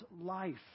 life